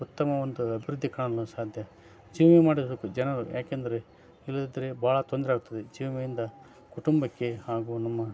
ಉತ್ತಮವಂತಾದ ಪ್ರೀತಿ ಕಾಣಲು ಸಾದ್ಯ ಜೀವ ವಿಮೆ ಮಾಡಲು ಸ್ವಲ್ಪ ಜನಗಳು ಯಾಕೆಂದರೆ ಇಲ್ಲದಿದ್ದರೆ ಭಾಳ ತೊಂದರೆ ಆಗ್ತದೆ ಜೀವ ವಿಮೆಯಿಂದ ಕುಟುಂಬಕ್ಕೆ ಹಾಗೂ ನಮ್ಮ